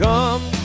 Come